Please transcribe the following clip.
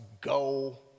go